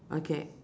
okay